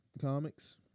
comics